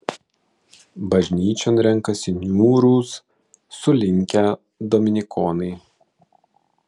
bažnyčion renkasi niūrūs sulinkę dominikonai